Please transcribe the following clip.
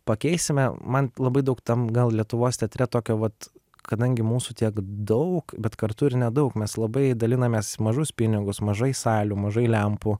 pakeisime man labai daug tam gal lietuvos teatre tokio vat kadangi mūsų tiek daug bet kartu ir nedaug mes labai dalinamės mažus pinigus mažai salių mažai lempų